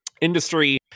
industry